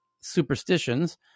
superstitions